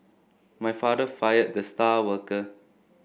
my father fired the star worker